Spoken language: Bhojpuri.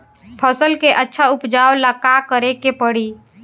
फसल के अच्छा उपजाव ला का करे के परी?